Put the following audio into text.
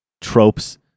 tropes